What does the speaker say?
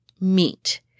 meat